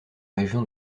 région